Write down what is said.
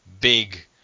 big